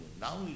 Now